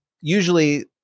Usually